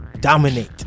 dominate